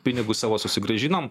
pinigus savo susigrąžinom